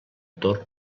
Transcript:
torn